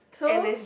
so